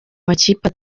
amakipe